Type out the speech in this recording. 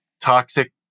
toxic